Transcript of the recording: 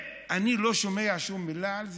ואני לא שומע שום מילה על זה.